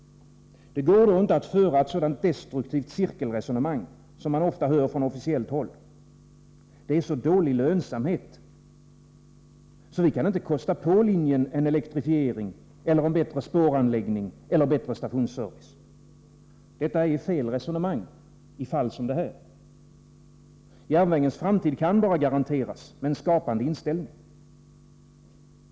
Det går då inte att föra ett sådant destruktivt cirkelresonemang, som man ofta hör från officiellt håll — det är så dålig lönsamhet, så vi kan inte kosta på linjen en elektrifiering eller en bättre spåranläggning eller bättre stationsservice. Det här är fel resonemang i fall som detta. Järnvägens framtid kan bara garanteras med en skapande inställning.